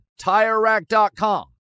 TireRack.com